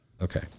Okay